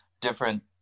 different